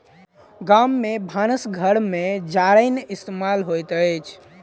गाम में भानस घर में जारैन इस्तेमाल होइत अछि